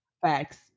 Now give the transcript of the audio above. facts